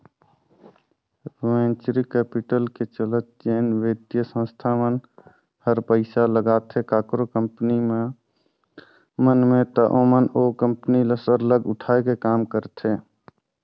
venture capital के चलत जेन बित्तीय संस्था मन हर पइसा लगाथे काकरो कंपनी मन में ता ओमन ओ कंपनी ल सरलग उठाए के काम करथे